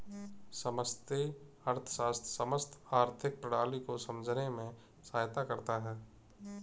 समष्टि अर्थशास्त्र समस्त आर्थिक प्रणाली को समझने में सहायता करता है